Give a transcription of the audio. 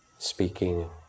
speaking